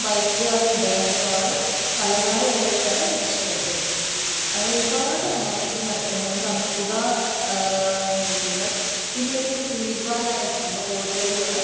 ബൈക്ക്കാരനുണ്ടായിരുന്നു ആൾ തലനാരിഴയ്ക്കാണ് രക്ഷപ്പെട്ടത് അങ്ങനെ ഒരുപാട് ആക്സിഡന്റ് നടക്കുന്നുണ്ട് നമ്മുടെ അശ്രദ്ധാ മൂലം മൂലം പിന്നെ ഈ സീബ്ര ലൈൻസ് നമ്മൾ റോഡുകളിലുള്ള